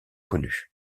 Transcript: connues